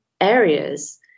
areas